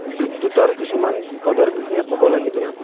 বিদ্যুতৰ কিছুমান বিপদৰ বিষয়ে ক'ব লাগিলে